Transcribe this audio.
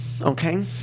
okay